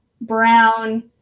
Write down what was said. brown